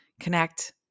connect